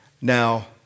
Now